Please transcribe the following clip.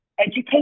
Education